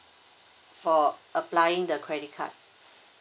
for applying the credit card